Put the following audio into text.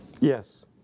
Yes